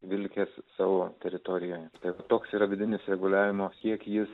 vilkės savo teritoriją ir toks yra vidinis reguliavimo kiek jis